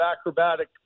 acrobatic